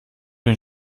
den